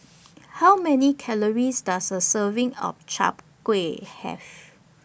How Many Calories Does A Serving of Chap Gui Have